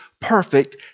perfect